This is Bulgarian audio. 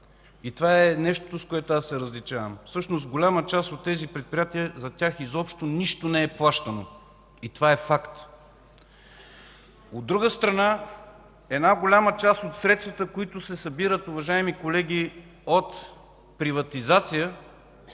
Това е нещото, с което се различаваме. Всъщност за голяма част от тези предприятия изобщо нищо не е плащано. Това е факт! От друга страна, голяма част от средствата, които се събират, уважаеми колеги, от приватизация,